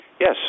yes